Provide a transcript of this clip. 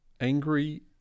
angry